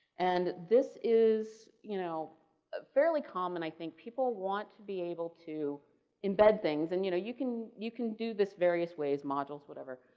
and this is you know a fairly common i think people want to be able to embed things and you know you can you can do this in various ways modules whatever,